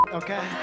okay